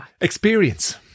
Experience